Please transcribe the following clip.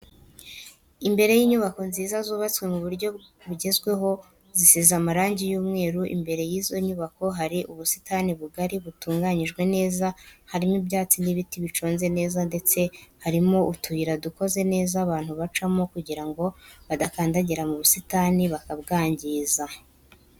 Imbere y'inyubako nziza zubatswe mu buryo bugezweho zisize amarangi y'umweru imbere y'izo nyubako hari ubusitani bugari butunganyijwe neza, harimo ibyatsi n'ibiti biconze neza ndetse harimo utuyira dukoze neza abantu bacamo kugirango badakandagira mu busitani bakabwangiza.